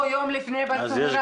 או יום לפני בצהריים.